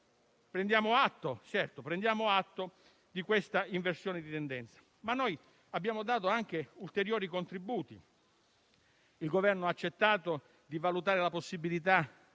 Prendiamo atto quindi di questa inversione di tendenza, ma abbiamo dato anche ulteriori contributi. Il Governo ha accettato di valutare la possibilità